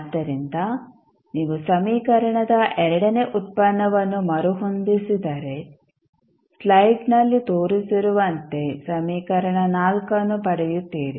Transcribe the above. ಆದ್ದರಿಂದ ನೀವು ಸಮೀಕರಣದ ಎರಡನೇ ಉತ್ಪನ್ನವನ್ನು ಮರುಹೊಂದಿಸಿದರೆ ಸ್ಲೈಡ್ನಲ್ಲಿ ತೋರಿಸಿರುವಂತೆ ಸಮೀಕರಣ ಅನ್ನು ಪಡೆಯುತ್ತೀರಿ